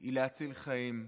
היא להציל חיים.